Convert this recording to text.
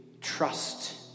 trust